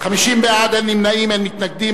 50 בעד, אין נמנעים, אין מתנגדים.